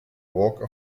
walk